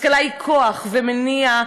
השכלה היא כוח ומניע,